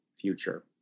future